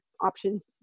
options